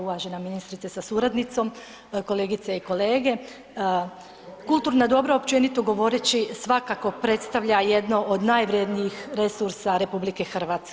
Uvažena ministrice sa suradnicom, kolegice i kolege, kulturna dobra općenito govoreći svakako predstavlja jedno od najvrednijih resursa RH.